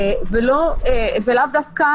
יכול -- -אתה יודע,